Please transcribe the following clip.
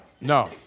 No